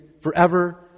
forever